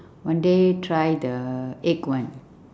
one day try the egg one